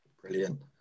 brilliant